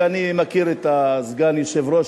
כי אני מכיר את סגן היושב-ראש,